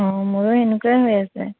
অঁ মোৰো এনেকুৱাই হৈ আছে